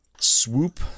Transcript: swoop